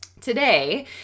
today